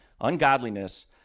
Ungodliness